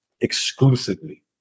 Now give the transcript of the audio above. Exclusively